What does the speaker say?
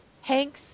Hank's